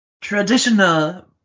traditional